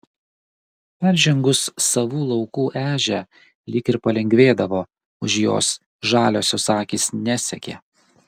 peržengus savų laukų ežią lyg ir palengvėdavo už jos žaliosios akys nesekė